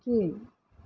கீழ்